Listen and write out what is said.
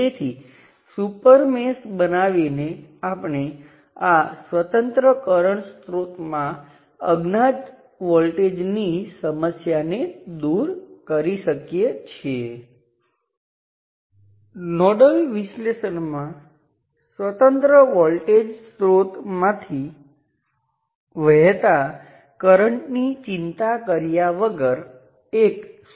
હવે ચાલો કહીએ કે આપણે આને સંદર્ભ નોડ તરીકે લઈએ છીએ આપણે જોઈએ છીએ કે આ નોડ વોલ્ટેજ અહીં 6 વોલ્ટ છે અને આ નોડ વોલ્ટેજ પણ 6 વોલ્ટ છે